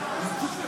החוק.